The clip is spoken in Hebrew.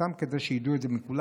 זה סתם כדי שידעו את זה כולם.